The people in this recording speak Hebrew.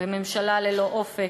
בממשלה ללא אופק,